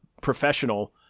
professional